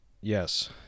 Yes